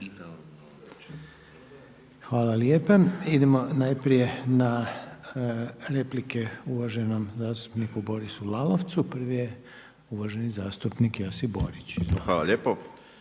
Hvala lijepa. Idemo najprije na replike uvaženom zastupniku Borisu Lalovcu. Prvi je uvaženi zastupnik Josip Borić. Izvolite.